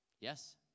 Yes